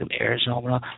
Arizona